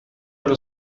allo